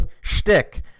shtick